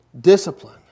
Discipline